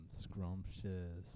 scrumptious